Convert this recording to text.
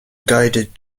guided